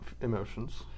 emotions